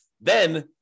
then-